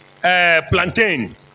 plantain